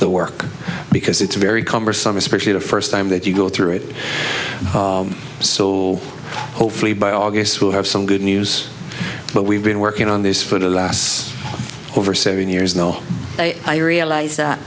the work because it's very cumbersome especially the first time that you go through it so hopefully by august to have some good news but we've been working on this for the last over seven years no i realize that